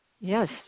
Yes